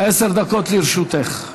עשר דקות לרשותך.